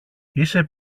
είσαι